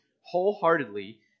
wholeheartedly